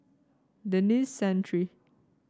Denis Santry